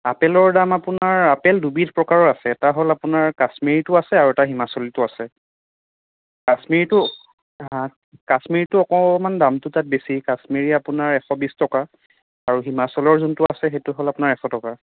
আপেলৰ দাম আপোনাৰ আপেল দুবিধ প্ৰকাৰৰ আছে এটা হ'ল আপোনাৰ কাশ্মিৰীটো আছে আৰু এটা হিমাচলীটো আছে কাশ্মিৰীটো হাঁ কাশ্মিৰীটো অকণমান দামটো তাত বেছি কাশ্মিৰী আপোনাৰ এশ বিছ টকা আৰু হিমাচলৰ যোনটো আছে সেইটো হ'ল আপোনাৰ এশ টকা